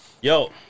yo